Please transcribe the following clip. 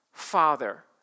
Father